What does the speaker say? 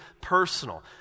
personal